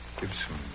Gibson